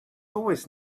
always